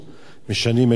משנים את שמו.